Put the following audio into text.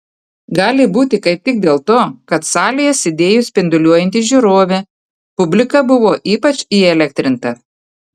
gali būti kaip tik dėl to kad salėje sėdėjo spinduliuojanti žiūrovė publika buvo ypač įelektrinta